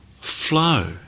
flow